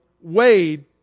Wade